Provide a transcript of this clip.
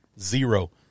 Zero